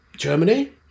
Germany